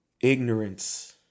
ignorance